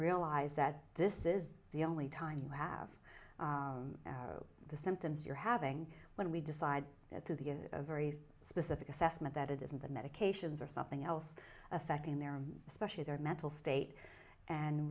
realize that this is the only time you have the symptoms you're having when we decide to the very specific assessment that it isn't the medications or something else affecting their especially their mental state and